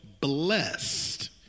blessed